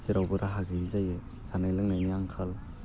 जेरावबो राहा गैयि जायो जानाय लोंनायनि आंखाल